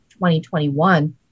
2021